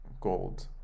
gold